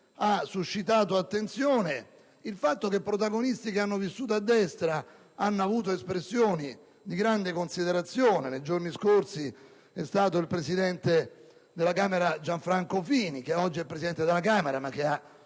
Ha suscitato attenzione il fatto che personalità che hanno vissuto a destra hanno avuto espressioni di grande considerazione. Nei giorni scorsi è stato Gianfranco Fini - che oggi è Presidente della Camera, ma che ha